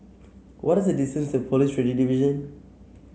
what the distance to Police Radio Division